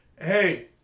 hey